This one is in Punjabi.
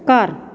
ਘਰ